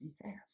behalf